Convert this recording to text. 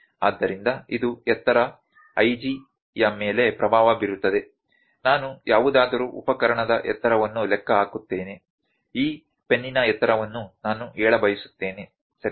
ಆದ್ದರಿಂದ ಇದು ಎತ್ತರ IG ಯ ಮೇಲೆ ಪ್ರಭಾವ ಬೀರುತ್ತದೆ ನಾನು ಯಾವುದಾದರೂ ಉಪಕರಣದ ಎತ್ತರವನ್ನು ಲೆಕ್ಕ ಹಾಕುತ್ತೇನೆ ಈ ಪೆನ್ನಿನ ಎತ್ತರವನ್ನು ನಾನು ಹೇಳಬಯಸುತ್ತೇನೆ ಸರಿ